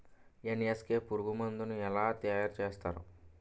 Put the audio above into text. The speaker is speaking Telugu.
ఎన్.ఎస్.కె పురుగు మందు ను ఎలా తయారు చేస్తారు?